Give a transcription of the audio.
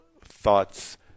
thoughts